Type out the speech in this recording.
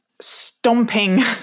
stomping